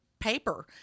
paper